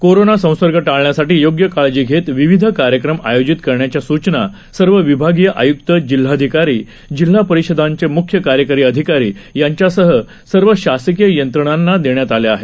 corona संसर्ग टाळण्यासाठी योग्य काळजी घेत विविध कार्यक्रम आयोजित करण्याच्या सुचना सर्व विभागीय आयुक्त जिल्हाधिकारी जिल्हा परिषदांचे मुख्य कार्यकारी अधिकारी यांच्यासह सर्व शासकीय यंत्रणांना देण्यात आल्या आहेत